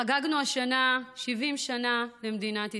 חגגנו השנה 70 שנה למדינת ישראל.